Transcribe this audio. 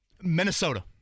Minnesota